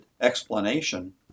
explanation